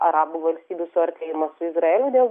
arabų valstybių suartėjimą su izraeliu dėl